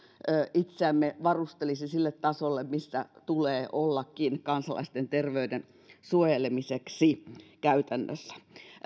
itseämme varustelisi sille tasolle millä tulee ollakin kansalaisten terveyden suojelemiseksi käytännössä